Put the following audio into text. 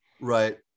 Right